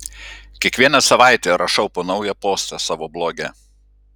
kiekvieną savaitę rašau po naują postą savo bloge